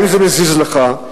אם זה מזיז לך,